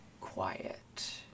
quiet